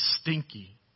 stinky